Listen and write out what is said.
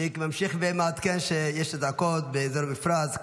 אני ממשיך ומעדכן שיש אזעקות באזור המפרץ,